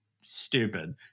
Stupid